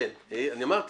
אמרתי,